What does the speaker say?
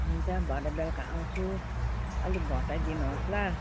हुन्छ भरे बेलुका आउँछु अलिक घटाइ दिनुहोस् ल